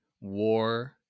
war